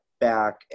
back